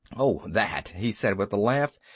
oh that! he said with a laugh,